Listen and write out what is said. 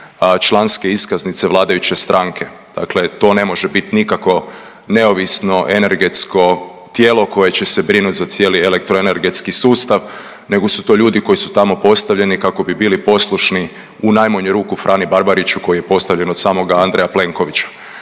članke iskaznice vladajuće stranke. Dakle, to ne može biti nikako neovisno energetsko tijelo koje će se brinuti za cijeli energetski sustav nego su to ljudi koji su tamo postavljeni kako bi bili poslušni u najmanju ruku Frani Barbariću koji je postavljen od samoga Andreja Plenkovića.